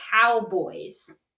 Cowboys